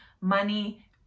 money